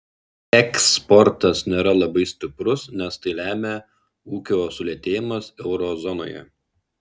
eksportas nėra labai stiprus nes tai lemia ūkio sulėtėjimas euro zonoje